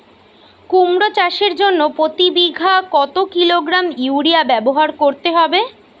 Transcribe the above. কুমড়ো চাষের জন্য প্রতি বিঘা কত কিলোগ্রাম ইউরিয়া ব্যবহার করতে হবে?